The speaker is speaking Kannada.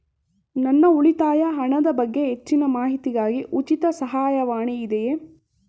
ನನ್ನ ಉಳಿತಾಯ ಹಣದ ಬಗ್ಗೆ ಹೆಚ್ಚಿನ ಮಾಹಿತಿಗಾಗಿ ಉಚಿತ ಸಹಾಯವಾಣಿ ಇದೆಯೇ?